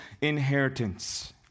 inheritance